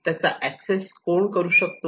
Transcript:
त्याचा एक्सेस कोण करू शकतो